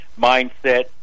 mindset